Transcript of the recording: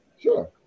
Sure